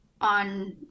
on